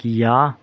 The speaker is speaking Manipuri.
ꯀꯌꯥ